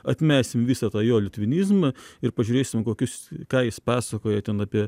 atmesim visą tą jo litvinizmą ir pažiūrėsim kokius ką jis pasakoja ten apie